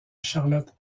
charlotte